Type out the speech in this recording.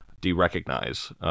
de-recognize